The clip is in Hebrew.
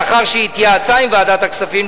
לאחר שהתייעצה עם ועדת הכספים,